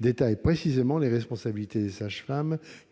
-détaille précisément les responsabilités des sages-femmes,